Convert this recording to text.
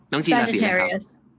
Sagittarius